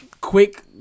quick